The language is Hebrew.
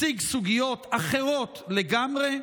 הציג סוגיות אחרות לגמרי.